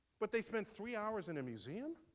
but they spend three hours in a museum?